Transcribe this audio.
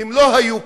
הן לא היו פה,